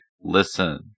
listen